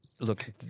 Look